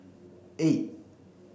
eight